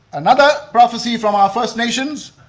another prophecy from our first nations,